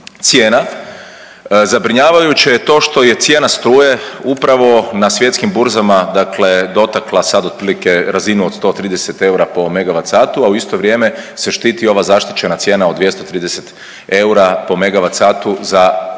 cijena zabrinjavajuće je to što je cijena struje upravo na svjetskim burzama dakle dotakla sad otprilike razinu od 130 eura po MWh, a u isto vrijeme se štiti ova zaštićena cijena od 230 eura po MWh za veliko,